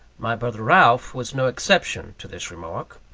my brother ralph was no exception to this remark.